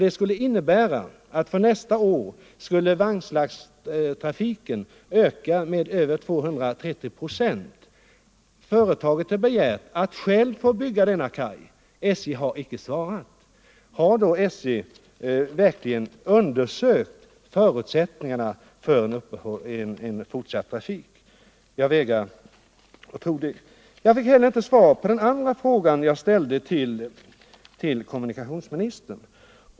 Kajen skulle ha inneburit att vagnslasttrafiken ökat med över 230 procent. Företaget har erbjudit sig att själv bygga kajen, men SJ har inte svarat. Har SJ då verkligen undersökt förutsättningarna för en fortsatt trafik? Jag vägrar att tro det. Jag fick inte heller svar på den tredje fråga som jag ställde till kommunikationsministern.